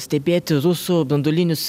stebėti rusų branduolinius